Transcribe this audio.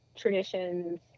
traditions